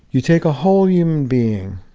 you take a whole human being.